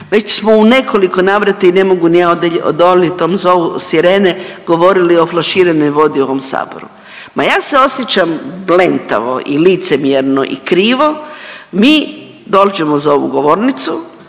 Već smo u nekoliko navrata i ne mogu ni ja odolit tom zovu sirene, govorili o flaširanoj vodi u ovom saboru. Ma ja se osjećam blentavo i licemjerno i krivo, mi dođemo za ovu govornicu,